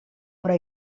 però